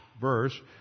verse